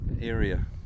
area